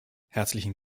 herzlichen